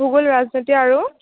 ভূগোল ৰাজনীতি আৰু